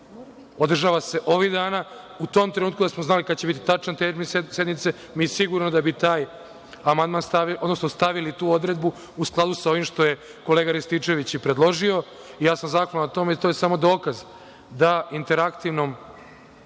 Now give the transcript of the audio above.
održava se ovih dana i u tom trenutku da smo znali kada će biti tačan termin sednice, sigurno da bi tu odredbu stavili u skladu sa ovim što je kolega Rističević i predložio i ja sam zahvalan na tome i to je samo dokaz da interaktivnom